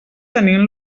tenint